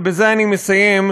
ובזה אני מסיים,